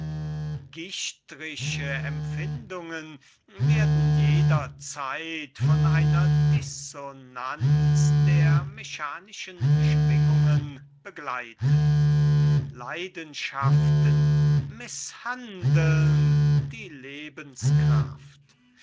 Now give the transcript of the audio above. gichtrische empfindungen werden jederzeit von einer dissonanz der mechanischen schwingungen begleitet leidenschaften mißhandeln die lebenskraft